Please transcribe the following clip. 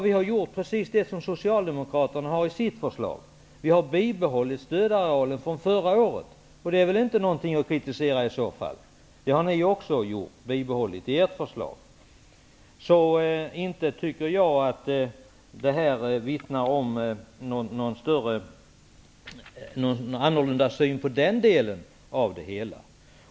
Vi har gjort precis det som Socialdemokraterna har framfört i sitt förslag. Vi har bibehållit stödarealen från förra året. Det är väl inte något att kritisera? Ni har också bibehållit ert förslag. Jag anser därför inte att detta vittnar om någon annorlunda syn i den delen.